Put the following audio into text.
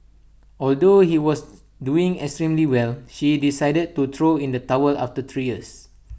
although he was doing extremely well she decided to throw in the towel after three years